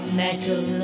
metal